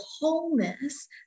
wholeness